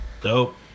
Dope